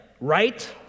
right